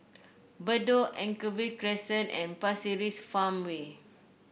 Bedok Anchorvale Crescent and Pasir Ris Farmway